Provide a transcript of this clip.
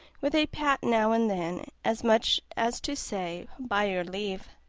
with a pat now and then, as much as to say, by your leave.